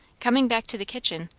coming back to the kitchen,